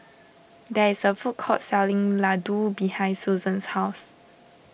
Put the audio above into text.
there is a food court selling Ladoo behind Susan's house